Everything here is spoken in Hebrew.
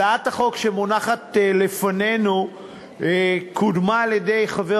הצעת החוק שמונחת לפנינו קודמה על-ידי חבר